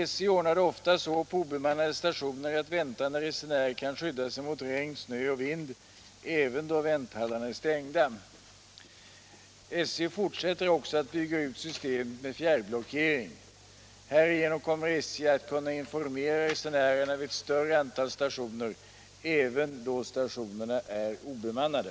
SJ ordnar det ofta så på obemannade stationer att väntande resenärer kan skydda sig mot regn, snö och vind även då vänthallarna är stängda. SJ fortsätter också att bygga ut systemet med fjärrblockering. Härigenom kommer SJ att kunna informera resenärerna vid ett större antal stationer, även då stationerna är obemannade.